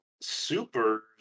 Super's